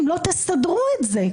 אם לא תסדרו את זה.